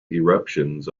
eruptions